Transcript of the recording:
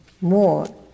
more